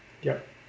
yup